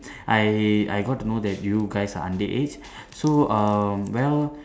I I got to know that you guys are underage so um well